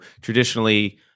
traditionally